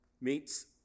meets